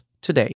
today